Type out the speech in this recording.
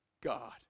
God